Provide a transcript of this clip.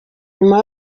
nyuma